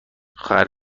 خواهر